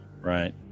Right